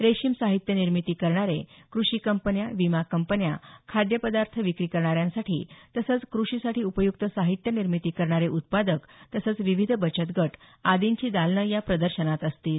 रेशीम साहित्य निर्मिती करणारे कृषि कंपन्या विमा कंपन्या खाद्य पदार्थ विक्री करणाऱ्यांसाठी तसंच क्रषिसाठी उपय्क्त साहित्य निर्मिती करणारे उत्पादक तसंच विविध बचतगट आदींची दालनं या प्रदर्शनात असतील